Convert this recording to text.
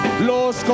los